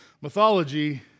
mythology